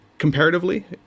Comparatively